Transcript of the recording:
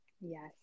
yes